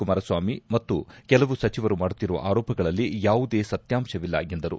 ಕುಮಾರಸ್ವಾಮಿ ಮತ್ತು ಕೆಲವು ಸಚಿವರು ಮಾಡುತ್ತಿರುವ ಆರೋಪಗಳಲ್ಲಿ ಯಾವುದೇ ಸತ್ಯಾಂಶವಿಲ್ಲ ಎಂದರು